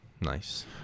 Nice